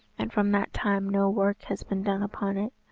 and from that time no work has been done upon it,